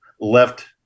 left